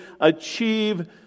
achieve